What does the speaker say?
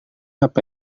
apa